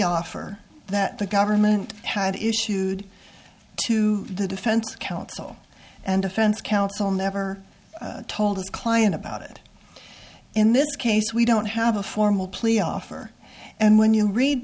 offer that the government had issued to the defense counsel and defense counsel never told a client about it in this case we don't have a formal plea offer and when you read